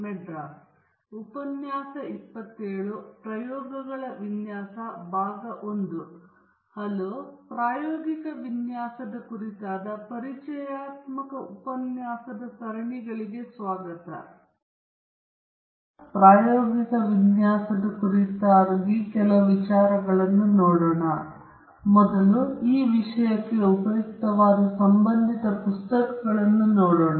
ಮೊದಲು ಈ ವಿಷಯಕ್ಕೆ ಉಪಯುಕ್ತವಾದ ಸಂಬಂಧಿತ ಪುಸ್ತಕಗಳನ್ನು ನಾವು ನೋಡುತ್ತೇವೆ